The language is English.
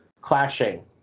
clashing